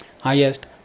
Highest